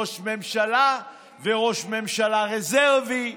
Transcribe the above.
ראש ממשלה וראש ממשלה רזרבי,